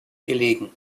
gelegen